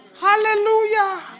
Hallelujah